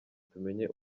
tumenye